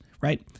right